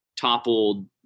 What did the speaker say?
toppled